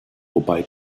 wobei